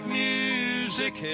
music